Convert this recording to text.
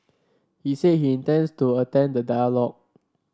he said he intends to attend the dialogue